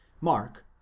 Mark